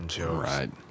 Right